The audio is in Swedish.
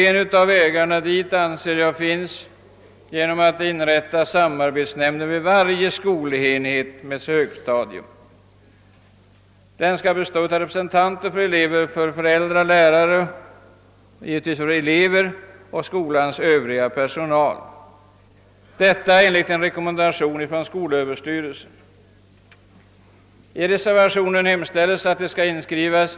En av vägarna där anser jag vara att ha samarbetsnämnder vid varje skolenhet med högstadium. En sådan nämnd skall enligt rekommendation av skolöverstyrelsen bestå av representanter för elever, föräldrar, lärare och skolans övriga personal.